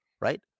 right